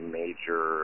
major